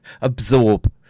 absorb